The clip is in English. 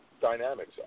dynamics